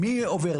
מי עובר?